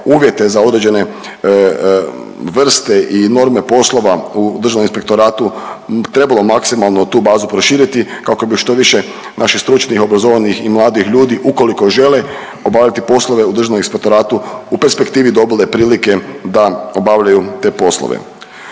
uvjete za određene vrste i norme poslove u državnom inspektoratu trebalo maksimalno tu bazu proširiti kako bi što više naših stručnih i obrazovanih i mladih ljudi ukoliko žele obavljati poslove u državnom inspektoratu u perspektivi dobile prilike da obavljaju te poslove.